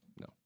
No